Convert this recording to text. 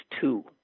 two